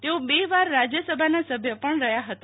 તેઓ બે વાર રાજયસભાના સભ્ય પણ રહયાં હતા